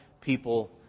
people